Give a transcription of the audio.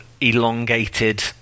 elongated